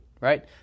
right